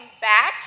back